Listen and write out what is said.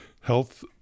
Health